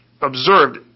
observed